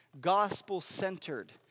gospel-centered